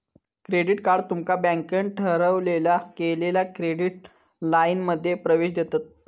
credit card तुमका बँकेन ठरवलेल्या केलेल्या क्रेडिट लाइनमध्ये प्रवेश देतत